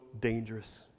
dangerous